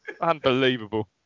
Unbelievable